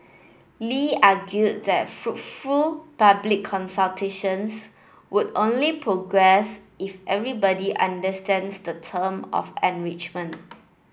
Lee argued that fruitful public consultations would only progress if everybody understands the term of engagement